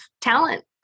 talent